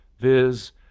viz